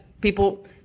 People